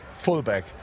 Fullback